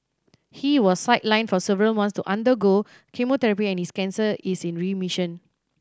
he was sidelined for several months to undergo chemotherapy and his cancer is in remission